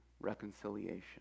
reconciliation